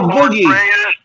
Boogie